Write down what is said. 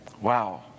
wow